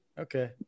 Okay